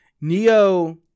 Neo